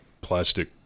plastic